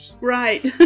Right